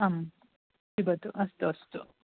आम् पिबतु अस्तु अस्तु